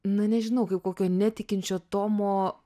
na nežinau kaip kokio netikinčio tomo